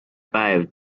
päev